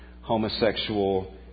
homosexual